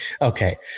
Okay